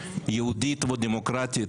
יהודית ודמוקרטית,